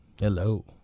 hello